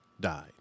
died